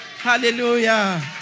hallelujah